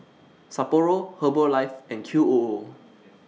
Sapporo Herbalife and Q O O